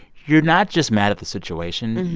you're not just mad at the situation.